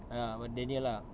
ya but daniel lah